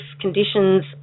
conditions